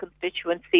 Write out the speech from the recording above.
constituency